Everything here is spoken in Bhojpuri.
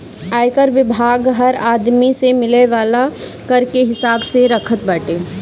आयकर विभाग हर आदमी से मिले वाला कर के हिसाब रखत बाटे